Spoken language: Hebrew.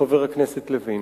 חבר הכנסת לוין.